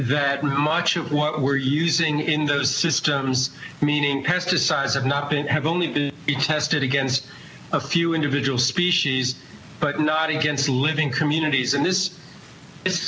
what we're using in those systems meaning pesticides have not been have only been tested against a few individual species but not against living communities and this is